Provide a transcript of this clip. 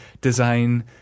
design